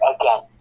again